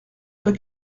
soit